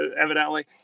evidently